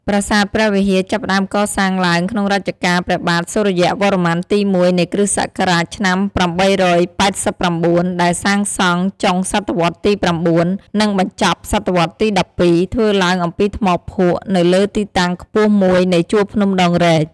ប្រាសាទព្រះវិហារចាប់ផ្ដើមកសាងឡើងក្នុងរជ្ជកាល ព្រះបាទសុរិយវរ្ម័នទីមួយនៃគ្រិស្តសករាជឆ្នាំ៨៨៩ ដែលសាងសង់ចុងស.វ ទី៩ និងបញ្ចប់ស.វ.ទី១២ ធ្វើឡើងអំពីថ្មភក់នៅលើទីតាំងខ្ពស់មួយនៃជួរភ្នំដងរែក។